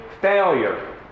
failure